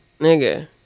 Nigga